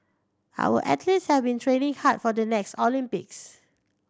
our athletes have been training hard for the next Olympics